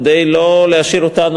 כדי לא להשאיר אותנו,